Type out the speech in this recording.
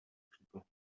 people